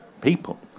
people